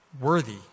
worthy